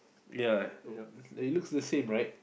ya they looks the same right